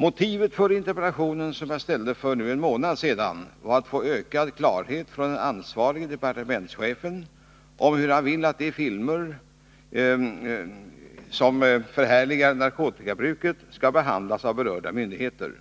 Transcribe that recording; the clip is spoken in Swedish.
Motivet för interpellationen, som jag framställde för en månad sedan, var att få ökad klarhet från den ansvarige departementschefen om hur han vill att de filmer som förhärligar narkotikabruket skall behandlas av berörda myndigheter.